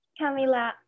Camila